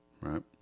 right